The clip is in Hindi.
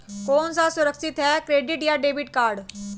कौन सा सुरक्षित है क्रेडिट या डेबिट कार्ड?